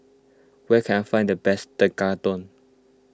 where can I find the best Tekkadon